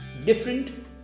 different